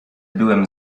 byłem